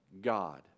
god